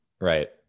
Right